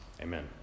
Amen